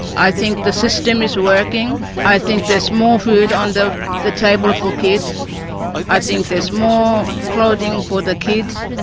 i think the system is working i think there's more food on the the table for kids i think there's more clothing for the kids